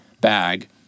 bag